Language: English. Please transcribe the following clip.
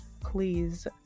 please